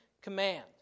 command